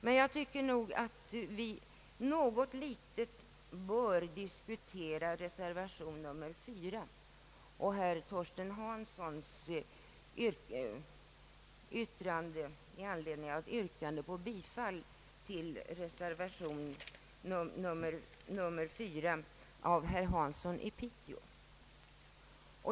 Men jag tycker att vi något litet bör diskutera reservationen 4 och herr Torsten Hanssons yttrande i anledning av ett yrkande på bifall till denna reservation av herr Hansson i Piteå.